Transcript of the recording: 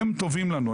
והם טובים לנו,